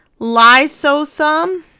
lysosome